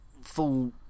full